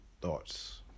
thoughts